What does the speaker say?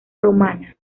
romana